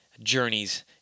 journeys